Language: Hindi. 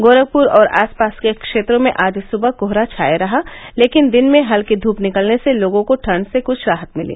गोरखपुर और आसपास के क्षेत्रों में आज सुबह कोहरा छाया रहा लेकिन दिन में हल्की धूप निकलने से लोगों को ठंड से कृछ राहत मिली